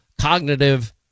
cognitive